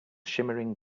shimmering